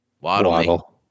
Waddle